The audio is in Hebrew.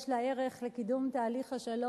יש לה ערך לקידום תהליך השלום,